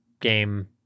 game